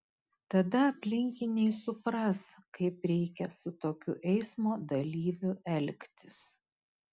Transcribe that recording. tada aplinkiniai supras kaip reikia su tokiu eismo dalyviu elgtis